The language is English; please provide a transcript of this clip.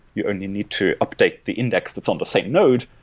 you only need to update the index that's on the same node.